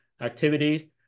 activities